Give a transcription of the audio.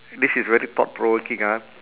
this is very thought provoking ah